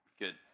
Good